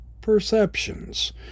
perceptions